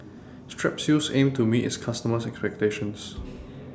Strepsils Aim to meet its customers' expectations